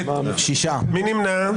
מי נמנע?